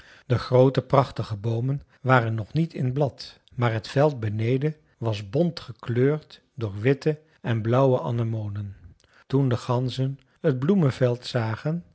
de groote prachtige boomen waren nog niet in blad maar t veld beneden was bont gekleurd door witte en blauwe anemonen toen de ganzen t bloemenveld zagen